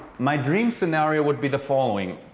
my dream scenario would be the following.